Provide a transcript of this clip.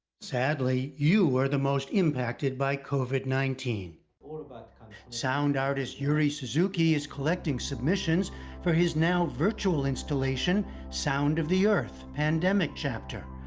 sadly, you are the most impacted by covid nineteen. but sound artist yuri suzuki is collecting submissions for his now-virtual installation sound of the earth pandemic chapter,